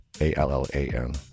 A-L-L-A-N